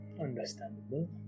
Understandable